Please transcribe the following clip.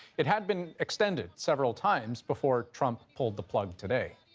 it had been extended several times before trump pulled the plug today.